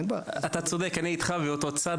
אתה צודק, אני אתך באותו צד.